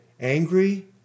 Angry